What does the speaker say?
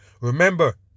Remember